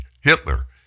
Hitler